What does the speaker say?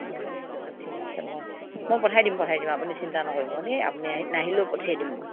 অঁ ঠিক আছে মই মই পঠাই দিম পঠাই দিম আপুনি চিন্তা নকৰিব দেই আপুনি আহি নাহিলেও পঠিয়াই দিম মই